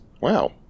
Wow